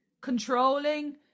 controlling